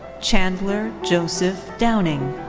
chandler joseph downing.